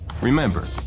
Remember